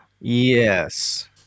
Yes